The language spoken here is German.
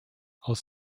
aus